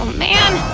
man.